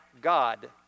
God